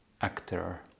actor